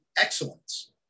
excellence